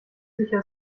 sicher